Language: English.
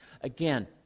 Again